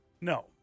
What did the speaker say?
No